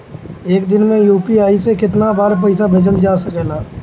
एक दिन में यू.पी.आई से केतना बार पइसा भेजल जा सकेला?